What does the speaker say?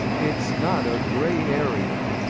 it's not a grey area.